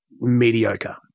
mediocre